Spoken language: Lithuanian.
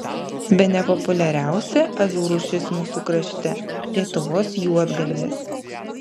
bene populiariausia avių rūšis mūsų krašte lietuvos juodgalvės